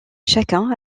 chacun